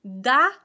da